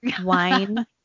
wine